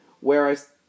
Whereas